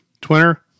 Twitter